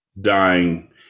dying